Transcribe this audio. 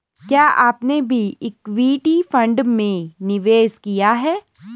क्या आपने भी इक्विटी फ़ंड में निवेश किया है?